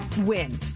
win